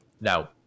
now